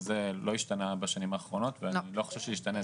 לא השתנה בשנים האחרונות ואני לא חושב שישתנה,